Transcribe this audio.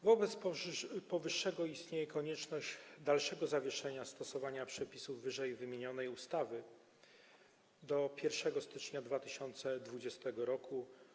Wobec powyższego istnieje konieczność dalszego zawieszenia stosowania przepisów ww. ustawy do 1 stycznia 2020 r.